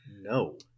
No